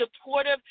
supportive